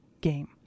game